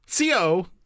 Co